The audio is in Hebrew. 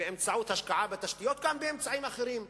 באמצעות השקעה בתשתיות וגם אמצעים אחרים.